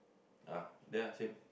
ah ya same